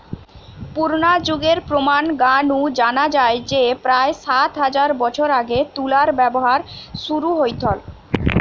পুরনা যুগের প্রমান গা নু জানা যায় যে প্রায় সাত হাজার বছর আগে তুলার ব্যবহার শুরু হইথল